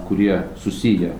kurie susiję